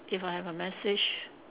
if I have a message